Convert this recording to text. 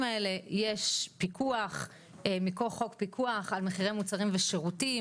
האלה יש פיקוח מכוח חוק הפיקוח על מחירי מוצרים ושירותים